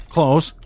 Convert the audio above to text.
Close